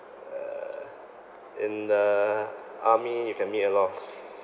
uh in the army you can meet a lot of